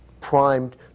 primed